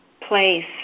place